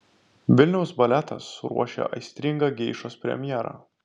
vilniaus baletas ruošia aistringą geišos premjerą